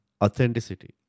Authenticity